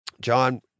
John